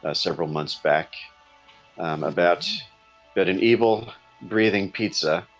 ah several months back about that an evil breathing pizza